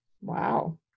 Wow